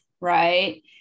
right